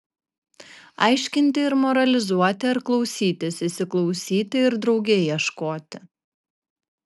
aiškinti ir moralizuoti ar klausytis įsiklausyti ir drauge ieškoti